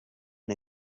and